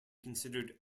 considered